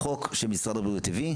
אז אנחנו ברמת השחיקה הגבוהה ביותר,